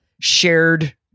shared